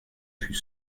fut